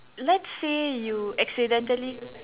let's say you accidentally